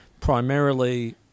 primarily